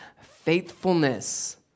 faithfulness